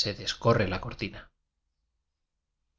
se descorre ja cortina